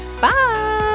Bye